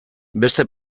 beste